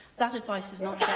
that advice is not